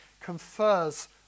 confers